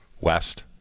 West